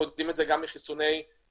אנחנו יודעים את זה גם מחיסוני השפעת.